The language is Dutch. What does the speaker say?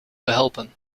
behelpen